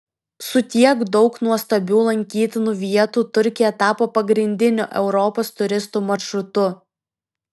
su tiek daug nuostabių lankytinų vietų turkija tapo pagrindiniu europos turistų maršrutu